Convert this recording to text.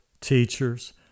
teachers